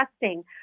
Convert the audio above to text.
testing